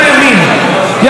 יריב ותיק,